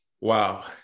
Wow